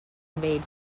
invade